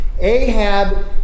Ahab